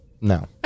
No